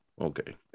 Okay